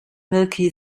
milky